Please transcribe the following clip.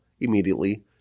Immediately